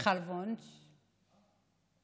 מיכל וונש הייתה?